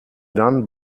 done